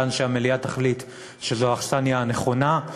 שהמליאה תחליט שהיא האכסניה הנכונה.